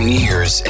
years